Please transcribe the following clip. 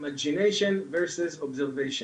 imagination verses observation.